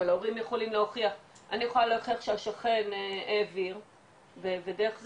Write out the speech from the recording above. אבל ההורים יכולים להוכיח אני יכולה להוכיח שהשכן העביר ודרך זה,